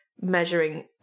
measuring